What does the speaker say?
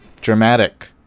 Dramatic